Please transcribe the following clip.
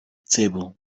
table